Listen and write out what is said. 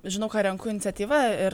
žinau ką renku iniciatyva ir